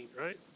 right